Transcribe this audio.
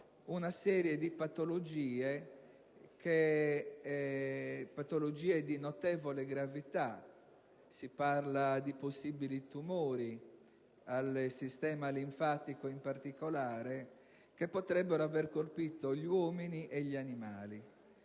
una serie di patologie di notevole gravità. Si parla di possibili tumori, al sistema linfatico in particolare, che potrebbero aver colpito gli uomini e gli animali.